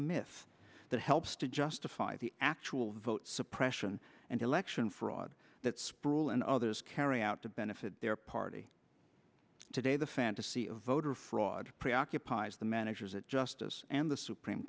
myth that helps to justify the actual vote suppression and election fraud that sproule and others carry out to benefit their party today the fantasy of voter fraud preoccupies the managers of justice and the supreme